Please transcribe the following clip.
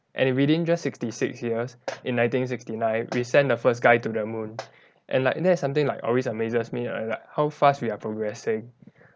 and within just sixty-six years in nineteen sixty-nine we sent the first guy to the moon and like that is something like always amazes me err like how fast we are progressing